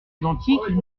identiques